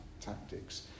tactics